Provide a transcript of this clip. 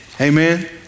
Amen